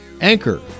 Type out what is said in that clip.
Anchor